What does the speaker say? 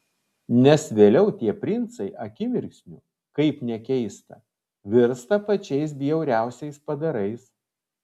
nes vėliau tie princai akimirksniu kaip nekeista virsta pačiais bjauriausiais padarais